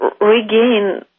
regain